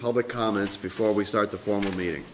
public comments before we start the formal meeting